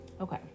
okay